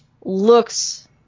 looks